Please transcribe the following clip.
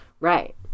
Right